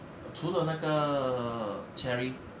除了那个 cherry